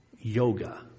yoga